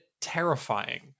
terrifying